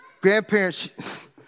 Grandparents